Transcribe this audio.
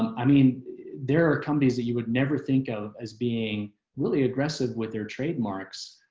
i mean there are companies that you would never think of as being really aggressive with their trademarks.